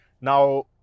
Now